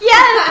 Yes